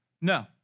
No